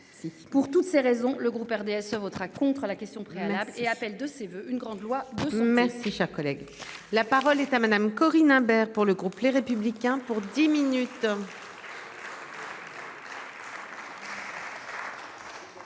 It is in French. pour toutes ces raisons, le groupe RDSE votera contre à la question préalable et appelle de ses voeux une grande loi de sa mère. Si cher collègue, la parole est à Madame Corinne Imbert pour le groupe Les Républicains pour dix minutes.